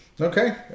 okay